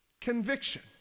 Conviction